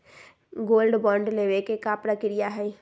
Gold bond लेवे के का प्रक्रिया हई?